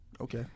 Okay